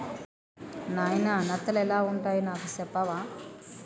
నాయిన నత్తలు ఎలా వుంటాయి నాకు సెప్పవా